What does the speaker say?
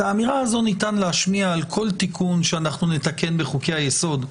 את האמירה הזו ניתן להשמיע על כל תיקון שאנחנו נתקן בחוקי היסוד,